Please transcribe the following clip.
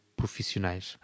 profissionais